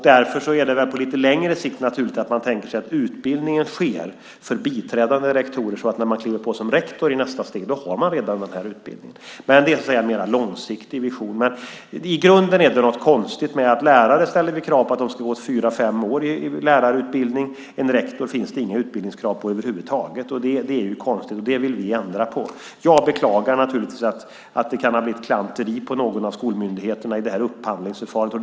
Därför är det väl på lite längre sikt naturligt att tänka sig att utbildningen sker för biträdande rektorer så att man när man i nästa steg kliver på som rektor redan har utbildningen. Men det är, som sagt, en mer långsiktig vision. I grunden är det alltså konstigt att vi ställer krav på att lärare ska ha fyra fem års lärarutbildning, medan det för en rektor inte finns några utbildningskrav över huvud taget. Det är konstigt. Det vill vi ändra på. Jag beklagar naturligtvis att det så att säga kan ha blivit ett klanteri på någon av skolmyndigheterna i det här upphandlingsförfarandet.